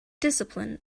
discipline